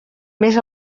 més